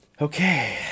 Okay